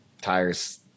tires